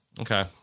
Okay